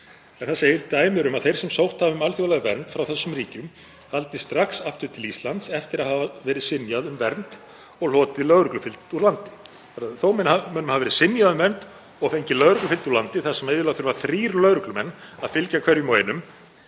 Þar segir: „Dæmi eru um að þeir sem sótt hafa um alþjóðlega vernd frá þessum ríkjum haldi strax aftur til Íslands eftir að hafa verið synjað um vernd og hlotið lögreglufylgd úr landi.“ Þannig að þó að mönnum hafa verið synjað um vernd og fengið lögreglufylgd úr landi, þar sem iðulega þrír lögreglumenn þurfa að fylgja hverjum og einum,